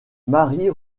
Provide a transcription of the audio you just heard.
marie